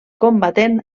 combatent